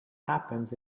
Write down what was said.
happens